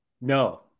No